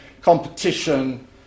competition